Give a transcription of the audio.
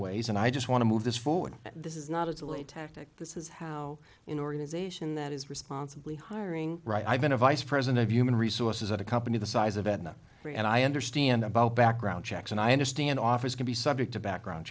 ways and i just want to move this forward this is not a delay tactic this is how in organization that is responsibly hiring right i've been a vice president of human resources at a company the size of aetna and i understand about background checks and i understand office can be subject to background